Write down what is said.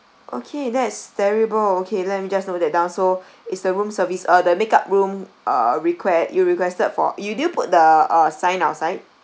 okay that is terrible okay let me just note that down so is the room service uh the make up room uh request you requested for you didn't put the uh sign outside